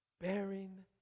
bearing